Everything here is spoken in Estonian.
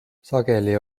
sageli